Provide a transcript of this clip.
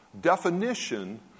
definition